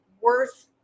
worth